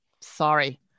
Sorry